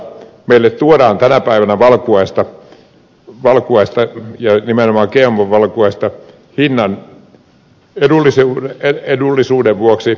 meille tuodaan tänä päivänä valkuaista ja nimenomaan gmo valkuaista hinnan edullisuuden vuoksi